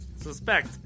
Suspect